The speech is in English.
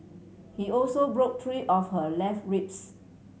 he also broke three of her left ribs